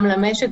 גם למשק,